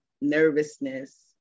nervousness